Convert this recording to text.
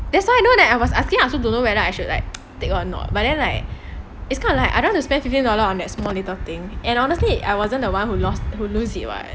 that's why you know then I was asking I also don't know whether I should like take or not but then like it's kind of like I don't wanna spend fifteen dollars on that small little thing and honestly I wasn't the one who lost to lose it what